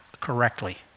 correctly